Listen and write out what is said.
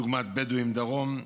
דוגמת בדואים דרום,